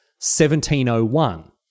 1701